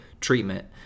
treatment